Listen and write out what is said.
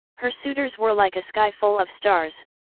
her suitors were like a sky full of stars,